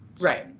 Right